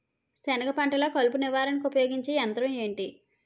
సెనగ పంటలో కలుపు నివారణకు ఉపయోగించే యంత్రం ఏంటి?